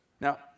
Now